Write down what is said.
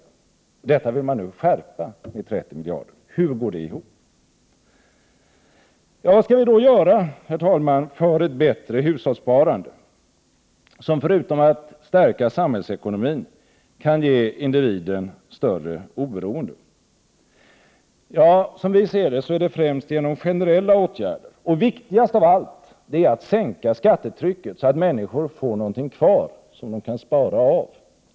Detta vill man nu skärpa med 30 miljarder. Hur går det ihop? Vad skall vi då göra, herr talman, för att få ett bättre hushållssparande, som förutom att stärka samhällsekonomin kan ge individen större oberoende? Som vi ser det är det främst genom generella åtgärder. Viktigast av allt är att sänka skattetrycket, så att människor får någonting kvar som de kan spara av.